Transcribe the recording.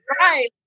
Right